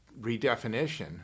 redefinition